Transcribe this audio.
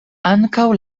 ankaŭ